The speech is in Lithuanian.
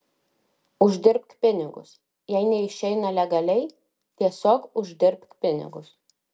uždirbk pinigus jei neišeina legaliai tiesiog uždirbk pinigus